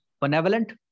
benevolent